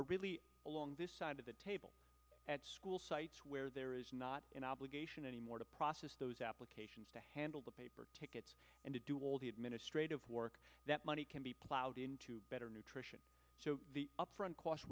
are really along this side of the table at school sites where there is not an obligation anymore to process those applications to handle the paper tickets and to do all the administrative work that money can be ploughed into better nutrition so the upfront c